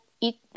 eat